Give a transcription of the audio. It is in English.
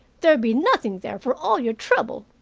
there'll be nothing there, for all your trouble,